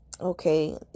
Okay